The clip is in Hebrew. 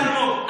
מה זה אלמוג?